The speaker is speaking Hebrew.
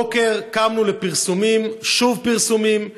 הבוקר קמנו לפרסומים, שוב פרסומים,